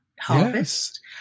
harvest